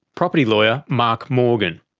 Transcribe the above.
property lawyer, mark morgan.